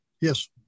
Yes